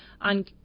on